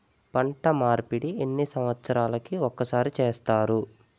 పంట మార్పిడి ఎన్ని సంవత్సరాలకి ఒక్కసారి చేస్తారు?